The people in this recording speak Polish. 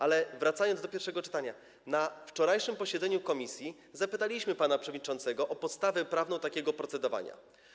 Ale wracając do pierwszego czytania, na wczorajszym posiedzeniu komisji zapytaliśmy pana przewodniczącego o podstawę prawną takiego procedowania.